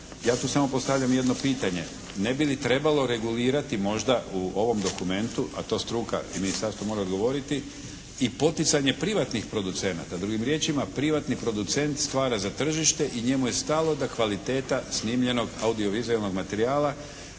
Ja tu samo postavljam jedno pitanje. Ne bi li trebalo regulirati možda u ovom dokumentu, a to struka i ministarstvo mora odgovoriti i poticanje privatnih producenata? Drugim riječima, privatni producent stvara za tržište i njemu je stalo da kvaliteta snimljenog audiovizualnog materijala